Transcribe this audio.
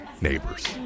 neighbors